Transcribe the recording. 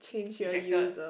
rejected